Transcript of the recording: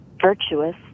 virtuous